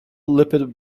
lipid